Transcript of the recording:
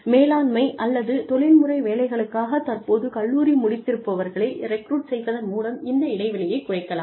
மேலாண்மை அல்லது தொழில்முறை வேலைகளுக்காக தற்போது கல்லூரி முடித்திருப்பவர்களை ரெக்ரூட் செய்வதன் மூலம் இந்த இடைவெளியை குறைக்லாம்